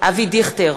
אבי דיכטר,